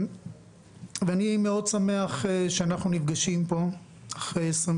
אני מאוד שמח שאנחנו נפגשים פה אחרי 27